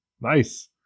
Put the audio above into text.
Nice